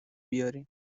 بیارین